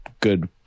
good